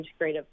integrative